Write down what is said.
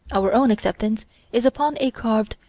our own acceptance is upon a carved,